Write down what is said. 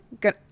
good